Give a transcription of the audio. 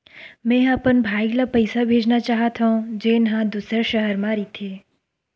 मेंहा अपन भाई ला पइसा भेजना चाहत हव, जेन हा दूसर शहर मा रहिथे